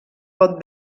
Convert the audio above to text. pot